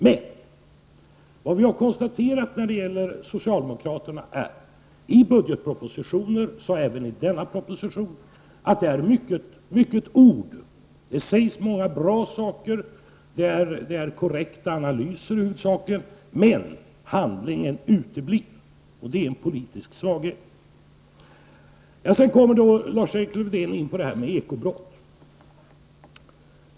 Men, vad vi har konstaterat när det gäller socialdemokraterna är att det i budgetpropositioner, och så även i denna proposition, är många ord. Det sägs många bra saker, och det görs huvudsakligen korrekta analyser, men handlingen uteblir. Och det är en politisk svaghet. Sedan kommer Lars-Erik Lövdén in på ekobrott.